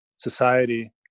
society